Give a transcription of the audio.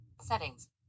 Settings